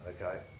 Okay